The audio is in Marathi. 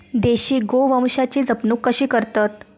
देशी गोवंशाची जपणूक कशी करतत?